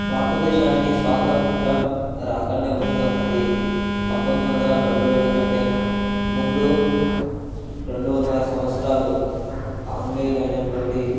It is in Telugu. భారతదేశానికి స్వాతంత్రం రాకండె ముందు అది పంతొమ్మిది వందల నలభై ఏడు కంటే ముందు రెండు వందల సంవత్సరాలు ఆంగ్లేయులు అయినటువంటి